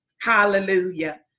Hallelujah